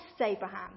Abraham